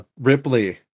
Ripley